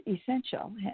essential